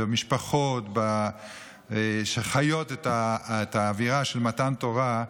משפחות שחיות את האווירה של מתן תורה,